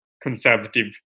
conservative